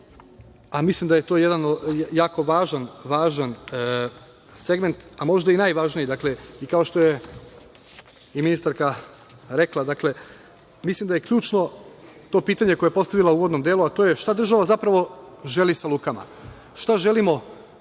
a mislim da je to jedan jako važan segment a možda i najvažniji, i kao što je ministarka rekla, mislim da je ključno to pitanje koje je postavila u uvodnom delu, a to je šta država želi sa lukama, šta želimo